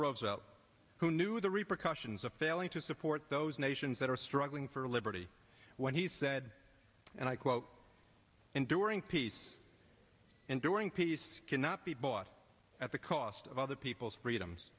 roosevelt who knew the repercussions of failing to support those nations that are struggling for liberty when he said and i quote and during peace and during peace cannot be bought at the cost of other people's freedoms